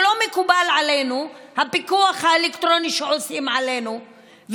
שלא מקובל עלינו הפיקוח האלקטרוני שעושים עלינו,